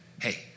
Hey